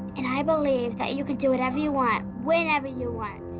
and i believe that you can do whatever you want, whenever you want.